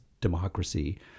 democracy